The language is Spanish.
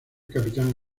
capitán